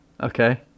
Okay